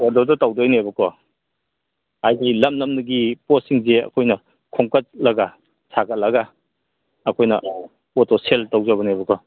ꯑꯣꯗꯔꯗꯣ ꯇꯧꯗꯣꯏꯅꯦꯕꯀꯣ ꯍꯥꯏꯗꯤ ꯂꯝ ꯂꯝꯒꯤ ꯄꯣꯠꯁꯤꯡꯁꯦ ꯑꯩꯈꯣꯏꯅ ꯈꯣꯝꯀꯠꯂꯒ ꯁꯥꯒꯠꯂꯒ ꯑꯩꯈꯣꯏꯅ ꯄꯣꯠꯇꯣ ꯁꯦꯜ ꯇꯧꯖꯕꯅꯦꯕꯀꯣ